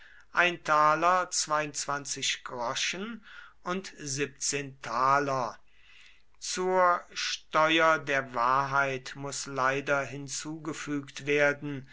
und zur steuer der wahrheit muß leider hinzugefügt werden